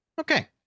Okay